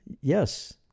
Yes